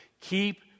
keep